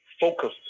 focused